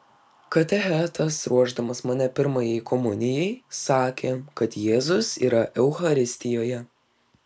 katechetas ruošdamas mane pirmajai komunijai sakė kad jėzus yra eucharistijoje